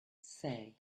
say